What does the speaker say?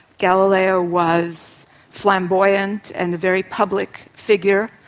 galileo was flamboyant and a very public figure.